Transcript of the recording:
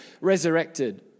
resurrected